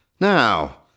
Now